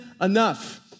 enough